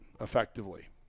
effectively